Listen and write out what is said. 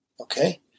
Okay